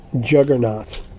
juggernaut